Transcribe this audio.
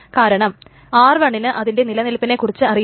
കാരണം r1 ന് അതിന്റെ നിലനിൽപ്പിനെ കുറിച്ച് അറിയില്ല